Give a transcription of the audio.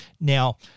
Now